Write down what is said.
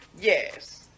yes